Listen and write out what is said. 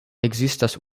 ekzistas